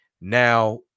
Now